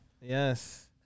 Yes